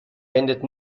wendet